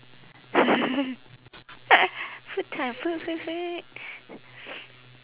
food time food food food